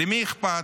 למי אכפת?